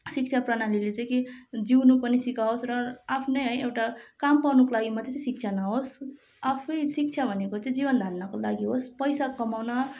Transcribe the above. शिक्षा प्रणालीले चाहिँ कि जिउनु पनि सिकाओस् र आफ्नै है एउटा काम पाउनुको लागि मात्रै चाहिँ शिक्षा नहोस् आफै शिक्षा भनेको चाहिँ जीवन धान्नको लागि होस् पैसा कमाउन